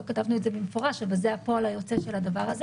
לא כתבנו את זה במפורש אבל זה הפועל היוצא של הדבר הזה